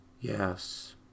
yes